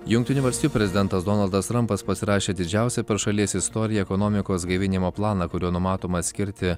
jungtinių valstijų prezidentas donaldas trampas pasirašė didžiausią per šalies istoriją ekonomikos gaivinimo planą kuriuo numatoma skirti